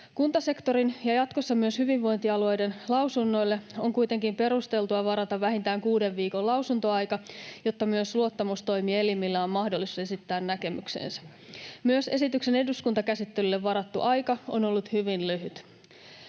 Kuntasektorin ja jatkossa myös hyvinvointialueiden lausunnoille on kuitenkin perusteltua varata vähintään kuuden viikon lausuntoaika, jotta myös luottamustoimielimillä on mahdollisuus esittää näkemyksensä. Myös esityksen eduskuntakäsittelylle varattu aika on ollut hyvin lyhyt.